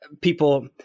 people